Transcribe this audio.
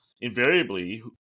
invariably